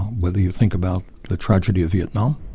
whether you think about the tragedy of vietnam,